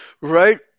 Right